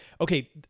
okay